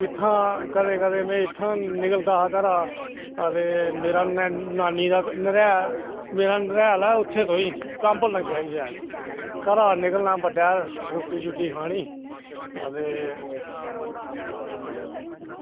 इत्थां कदें कदें में इत्थां निकलदा घरा ते मेरा नानी दा ननिहाल मेरा ननिहाल ऐ उत्थें तुआहीं कैम्बल डंगै आह्ली साईड घरा निकलना बड्डै र रुट्टी खानी अ ते